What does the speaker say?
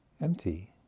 empty